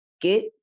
get